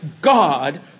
God